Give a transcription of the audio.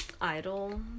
idol